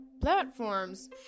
platforms